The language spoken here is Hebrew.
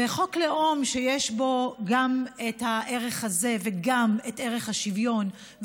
וחוק לאום שיש בו גם את הערך הזה וגם את ערך השוויון,